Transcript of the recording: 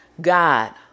God